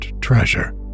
treasure